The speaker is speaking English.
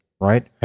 right